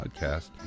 podcast